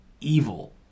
evil